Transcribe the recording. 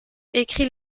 écrit